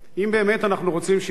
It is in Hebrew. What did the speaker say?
אם באמת אנחנו רוצים שעיר,